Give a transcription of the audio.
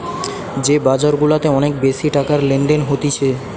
যে বাজার গুলাতে অনেক বেশি টাকার লেনদেন হতিছে